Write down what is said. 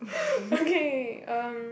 okay um